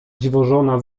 dziwożona